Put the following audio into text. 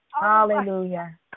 Hallelujah